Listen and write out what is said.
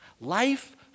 Life